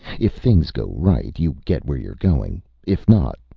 if things go right, you get where you're going if not,